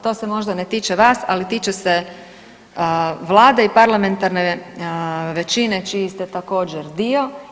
To se možda ne tiče vas, ali tiče se Vlade i parlamentarne većine čiji ste također dio.